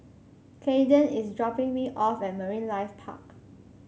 Kaeden is dropping me off at Marine Life Park